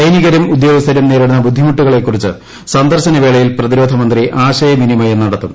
സൈനികരും ഉദ്യോഗസ്ഥരും നേരിടുന്ന ബുദ്ധിമുട്ടുകളെക്കുറിച്ച് സന്ദർശനവേളയിൽ പ്രതിരോധ മന്ത്രി ആശയവിനിമയം നടത്തും